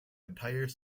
entire